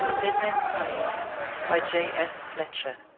dead men's money by j s. fletcher